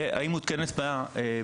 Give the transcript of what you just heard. והאם המערכת הזאת מותקנת בהם.